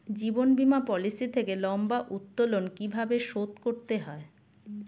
জীবন বীমা পলিসি থেকে লম্বা উত্তোলন কিভাবে শোধ করতে হয়?